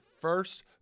first